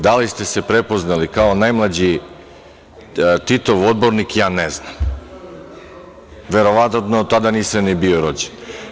Da li ste se prepoznali kao najmlađi Titov odbornik, ja ne znam, verovatno tada nisam ni bio rođen.